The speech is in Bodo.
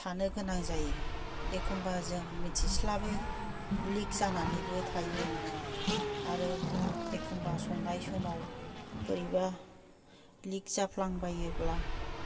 थानो गोनां जायो एखम्बा जों मिथिस्लाबै लिक जानानैबो थायो आरो एखम्बा संनाय समाव बोरैबा लिक जाफ्लांबायोब्ला